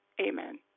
Amen